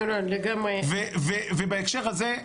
בהקשר הזה,